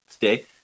today